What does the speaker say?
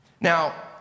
Now